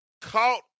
caught